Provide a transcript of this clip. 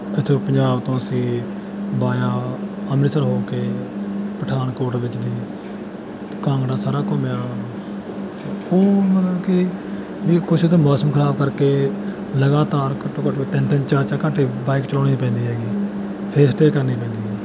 ਇੱਥੋਂ ਪੰਜਾਬ ਤੋਂ ਅਸੀਂ ਵਾਇਆ ਅੰਮ੍ਰਿਤਸਰ ਹੋ ਕੇ ਪਠਾਨਕੋਟ ਵਿੱਚ ਦੀ ਕਾਂਗੜਾ ਸਾਰਾ ਘੁੰਮਿਆ ਉਹ ਮਤਲਬ ਕੇ ਵੀ ਕੁਛ ਉੱਥੇ ਮੌਸਮ ਖਰਾਬ ਕਰਕੇ ਲਗਾਤਾਰ ਘੱਟੋਂ ਘੱਟ ਵੀ ਤਿੰਨ ਤਿੰਨ ਚਾਰ ਚਾਰ ਘੰਟੇ ਬਾਈਕ ਚਲਾਉਣੀ ਹੀ ਪੈਂਦੀ ਹੈਗੀ ਫਿਰ ਸਟੇਅ ਕਰਨੀ ਪੈਂਦੀ ਹੈ